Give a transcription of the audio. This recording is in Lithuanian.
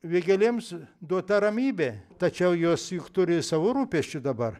vėgėlėms duota ramybė tačiau jos juk turi savų rūpesčių dabar